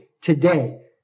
today